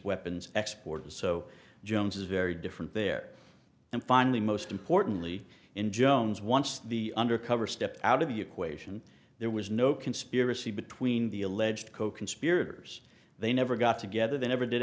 weapons export so jones is very different there and finally most importantly in jones once the undercover step out of your question there was no conspiracy between the alleged coconspirators they never got together they never did